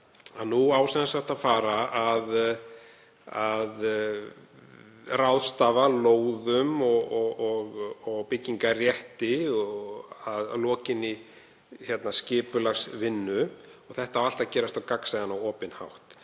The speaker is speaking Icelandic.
Nú á sem sagt að fara að ráðstafa lóðum og byggingarrétti að lokinni skipulagsvinnu og það á allt að gerast á gagnsæjan og opinn hátt.